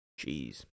Jeez